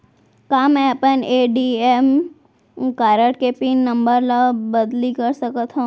का मैं अपन ए.टी.एम कारड के पिन नम्बर ल बदली कर सकथव?